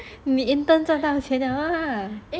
你 intern 这张钱了啦